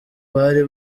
bari